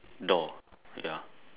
door ya